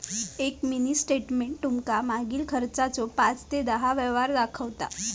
एक mini statement तुमका मागील खर्चाचो पाच ते दहा व्यवहार दाखवता